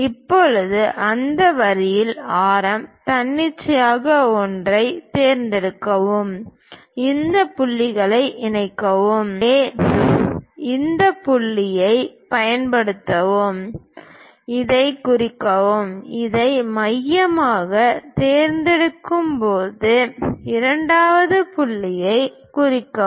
இப்போது அந்த வரியில் ஆரம் தன்னிச்சையாக ஒன்றைத் தேர்ந்தெடுக்கவும் இந்த புள்ளிகளைக் குறிக்கவும் எனவே இந்த புள்ளியைப் பயன்படுத்தவும் இதைக் குறிப்போம் இதை மையமாகத் தேர்ந்தெடுப்போம் இரண்டாவது புள்ளியைக் குறிக்கவும்